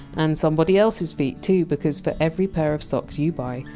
and somebody else! s feet, too, because for every pair of socks you buy,